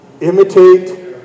imitate